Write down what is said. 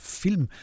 film